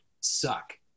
suck